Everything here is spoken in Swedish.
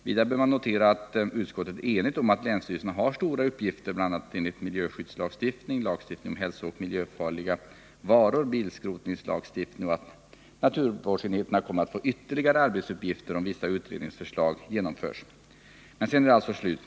Vidare bör man notera att utskottet är enigt om att länsstyrelserna har stora uppgifter — bl.a. uppgifter enligt miljöskyddslagstiftningen, lagstiftningen om hälsooch miljöfarliga varor, bilskrotningslagstiftningen — och att naturvårdsenheterna kommer att få ytterligare arbetsuppgifter om ytterligare utredningsförslag genomförs. Men sedan är enigheten slut.